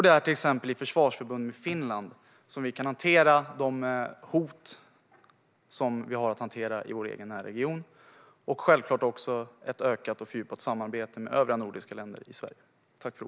Det är till exempel i försvarsförbund med Finland som vi kan hantera de hot som vi har att hantera i vår egen närregion. Självklart ska Sverige också ha ett ökat och fördjupat samarbete med övriga nordiska länder.